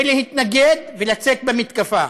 ולהתנגד, ולצאת במתקפה.